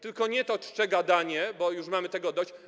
Tylko nie to czcze gadanie, bo już mamy tego dość.